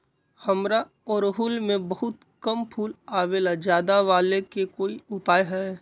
हमारा ओरहुल में बहुत कम फूल आवेला ज्यादा वाले के कोइ उपाय हैं?